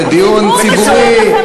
זה דיון ציבורי,